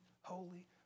holy